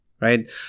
Right